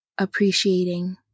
appreciating